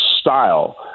style